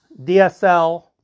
DSL